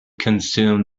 consume